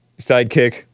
Sidekick